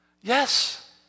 Yes